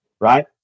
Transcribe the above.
right